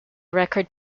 record